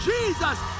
Jesus